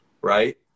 right